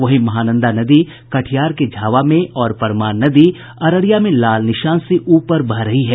वहीं महानंदा नदी कटिहार के झावा में और परमान नदी अररिया में खतरे के निशान से ऊपर बह रही है